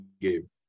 game